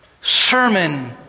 sermon